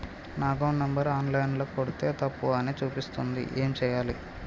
నా account number online ల కొడ్తే తప్పు అని చూపిస్తాంది ఏం చేయాలి?